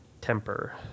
temper